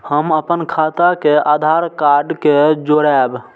हम अपन खाता के आधार कार्ड के जोरैब?